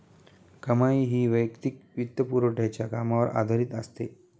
कमाई ही वैयक्तिक वित्तपुरवठ्याच्या कामावर आधारित असते